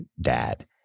dad